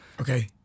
Okay